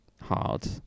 hard